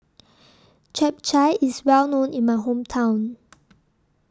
Chap Chai IS Well known in My Hometown